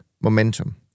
momentum